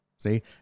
See